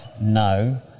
no